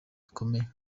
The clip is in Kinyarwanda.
bikomeye